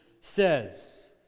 says